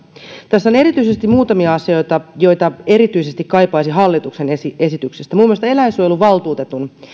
tässä on muutamia asioita joita erityisesti kaipaisin hallituksen esitykseen minun mielestäni eläinsuojeluvaltuutetun